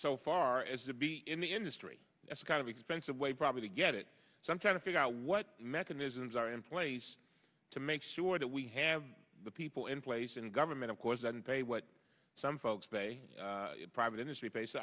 so far as to be in the industry that's kind of expensive way probably to get it so i'm trying to figure out what mechanisms are in place to make sure that we have the people in place in government of course and pay what some folks pay private industry